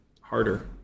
harder